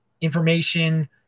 information